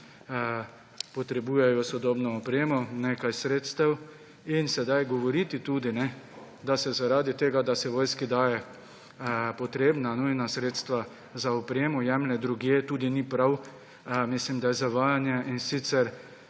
potrebujejo sodobno opremo, nekaj sredstev. In sedaj govoriti, da se zaradi tega, da se vojski daje potrebna, nujna sredstva za opremo, jemlje drugje, tudi ni prav. Mislim, da je zavajanje, in sicer